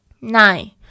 Nine